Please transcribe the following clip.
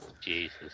Jesus